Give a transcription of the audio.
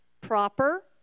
proper